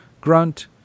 Grunt